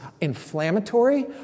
inflammatory